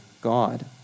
God